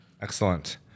Excellent